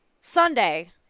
Sunday